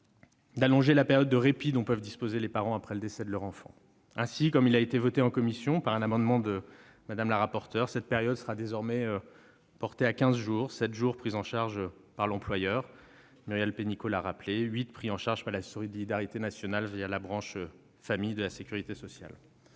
d'allonger la période de répit dont peuvent disposer les parents après le décès de leur enfant. Ainsi, comme la commission en a décidé au travers de l'adoption d'un amendement de Mme la rapporteure, cette période sera désormais portée à quinze jours : sept pris en charge par l'employeur- Muriel Pénicaud l'a rappelé -et huit pris en charge par la solidarité nationale, la branche famille de la sécurité sociale.